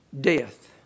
death